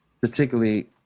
particularly